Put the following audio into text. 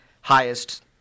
highest